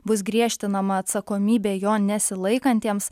bus griežtinama atsakomybė jo nesilaikantiems